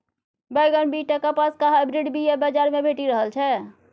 बैगन, बीट आ कपासक हाइब्रिड बीया बजार मे भेटि रहल छै